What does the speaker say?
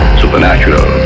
supernatural